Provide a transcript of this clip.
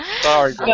Sorry